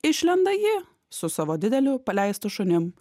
išlenda ji su savo dideliu paleistu šunim